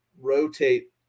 rotate